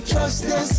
justice